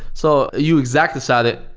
so you exactly said it.